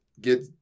Get